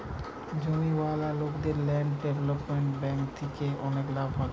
জমিওয়ালা লোকদের land development bank থিকে অনেক লাভ হচ্ছে